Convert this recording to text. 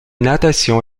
natation